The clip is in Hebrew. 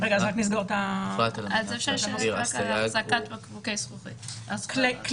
הם התכוונו לדרגת קנס ב', שזה